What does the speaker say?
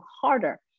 harder